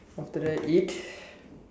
after that eat